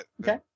Okay